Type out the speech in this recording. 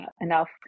enough